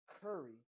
Curry